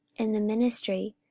and the ministry,